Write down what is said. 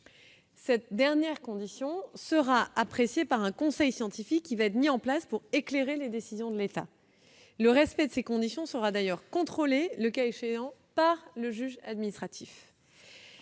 Cette dernière condition sera appréciée par un conseil scientifique qui va être mis en place pour éclairer les décisions de l'État. Le respect de ces conditions sera d'ailleurs contrôlé le cas échéant par le juge administratif.